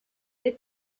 they